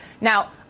Now